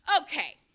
Okay